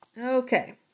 Okay